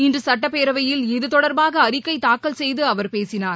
இன்று சட்டப்பேரவையில் இது தொடர்பாக அறிக்கை தாக்கல் செய்து அவர் பேசினார்